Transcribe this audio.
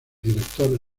director